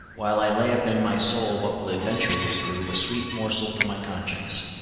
while i lay up in my soul what will eventually prove a sweet morsel for my conscience.